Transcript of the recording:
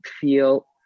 feel